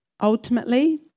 ultimately